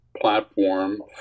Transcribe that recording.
platform